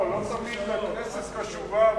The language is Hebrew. לא תמיד הכנסת קשובה,